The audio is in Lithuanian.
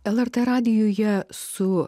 lrt radijuje su